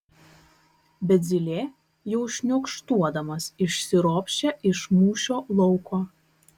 bet zylė jau šniokštuodamas išsiropščia iš mūšio lauko